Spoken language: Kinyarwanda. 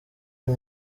uyu